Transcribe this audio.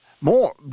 More